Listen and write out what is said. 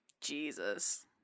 Jesus